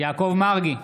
יעקב מרגי,